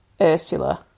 Ursula